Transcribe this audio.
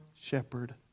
shepherd